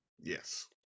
Yes